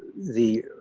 the,